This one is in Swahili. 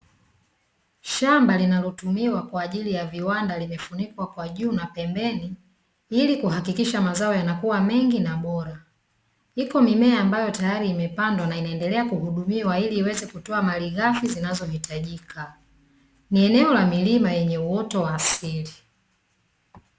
Shamba linalotumiwa kwa ajili ya viwanda limefunikwa kwa juu na pembeni, ili kuhakikisha mazao yanakua mengi na bora. Iko mimea ambayo tayari imepandwa na inaendelea kuhudumiwa ili iweze kutoa malighafi zinazohitajika. Ni eneo la milima yenye uoto wa asili.